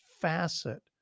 facet